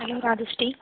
hello Rajashree